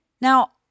Now